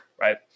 right